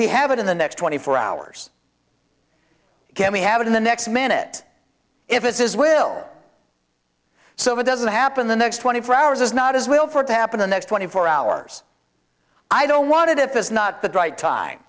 we have it in the next twenty four hours can we have it in the next minute if it's his will so if it doesn't happen the next twenty four hours is not his will for it to happen the next twenty four hours i don't want it if it's not the dry time